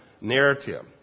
narrative